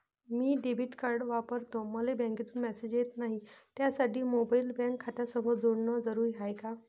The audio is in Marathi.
मी डेबिट कार्ड वापरतो मले बँकेतून मॅसेज येत नाही, त्यासाठी मोबाईल बँक खात्यासंग जोडनं जरुरी हाय का?